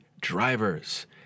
drivers